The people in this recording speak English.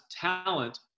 talent